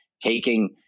Taking